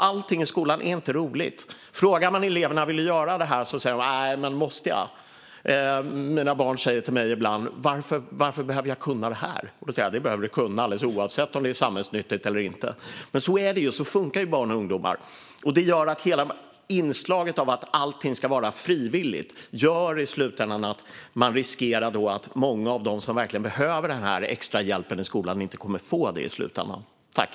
Allting i skolan är inte roligt. Frågar man eleverna om de vill göra en sak säger de: Nej, men måste jag? Mina barn säger ibland till mig: Varför behöver jag kunna detta? Då säger jag: Det behöver du kunna alldeles oavsett om det är samhällsnyttigt eller inte. Så här är det. Så funkar barn och ungdomar. Inslaget av att allting ska vara frivilligt gör att man riskerar att många av dem som verkligen behöver den extra hjälpen i skolan i slutändan inte kommer att få den.